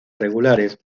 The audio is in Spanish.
regulares